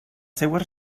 seues